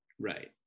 Right